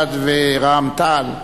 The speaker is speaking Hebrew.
רע"ם-תע"ל ובל"ד,